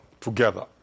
together